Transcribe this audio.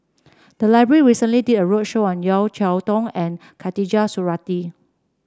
the library recently did a roadshow on Yeo Cheow Tong and Khatijah Surattee